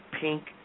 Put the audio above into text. pink